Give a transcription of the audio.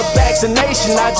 vaccination